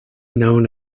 known